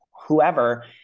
whoever